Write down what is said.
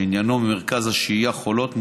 שעניינו מרכז השהייה חולות,